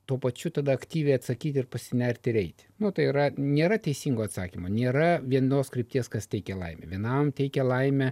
tuo pačiu tada aktyviai atsakyti ir pasinerti ir eiti nu tai yra nėra teisingo atsakymo nėra vienos krypties kas teikia laimę vienam teikia laimę